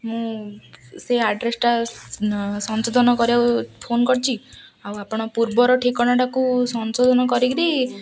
ମୁଁ ସେ ଆଡ଼୍ରେସ୍ଟା ସଂଶୋଧନ କରିବାକୁ ଫୋନ୍ କରିଛି ଆଉ ଆପଣ ପୂର୍ବର ଠିକଣାଟାକୁ ସଂଶୋଧନ କରିକିରି